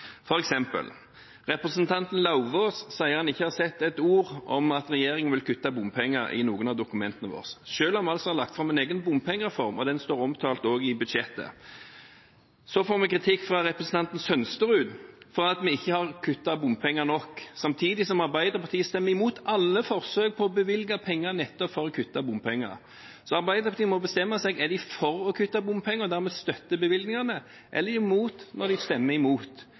representanten Lauvås at han ikke har sett et ord om at regjeringen vil kutte bompenger i noen av dokumentene våre, selv om vi altså har lagt fram en egen bompengereform, og den står også omtalt i budsjettet. Så får vi kritikk fra representanten Sønsterud for at vi ikke har kuttet bompenger nok, samtidig som Arbeiderpartiet stemmer imot alle forsøk på å bevilge penger nettopp for å kutte bompenger. Arbeiderpartiet må bestemme seg: Er de for å kutte bompenger og dermed støtter bevilgningene, eller imot når de stemmer imot?